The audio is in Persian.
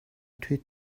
توی